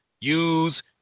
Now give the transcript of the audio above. use